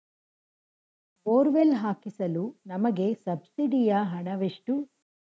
Borewell ಹಾಕಿಸಲು ನಮಗೆ ಸಬ್ಸಿಡಿಯ ಹಣವೆಷ್ಟು?